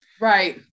right